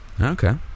Okay